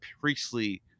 priestly